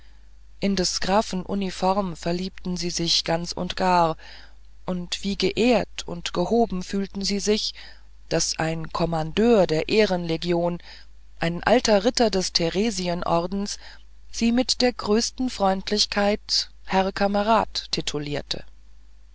in des grafen uniform verliebten sie sich ganz und gar und wie geehrt und gehoben fühlten sie sich daß ein kommandeur der ehrenlegion ein alter ritter des theresienordens sie mit der größten freundlichkeit herr kamerad titulierte